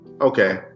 Okay